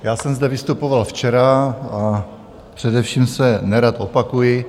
Já jsem zde vystupoval včera, především se nerad opakuji.